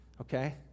okay